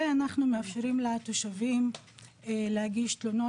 ואנחנו מאפשרים לתושבים להגיש תלונות,